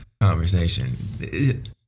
conversation